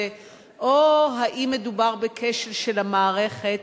האם מדובר בכשל של המערכת?